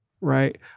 right